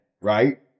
right